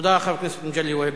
תודה לחבר הכנסת מגלי והבה.